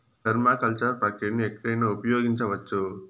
permaculture ప్రక్రియను ఎక్కడైనా ఉపయోగించవచ్చు